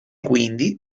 quindi